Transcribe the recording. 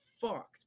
fucked